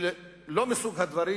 זה לא מסוג הדברים